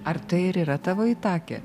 ar tai ir yra tavo itakė